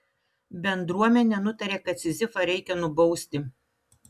bendruomenė nutarė kad sizifą reikia nubausti